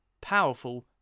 powerful